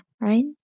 right